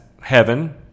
heaven